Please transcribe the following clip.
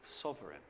sovereign